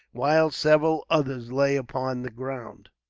while several others lay upon the ground.